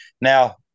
now